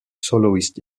soloist